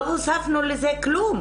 לא הוספנו לזה דבר,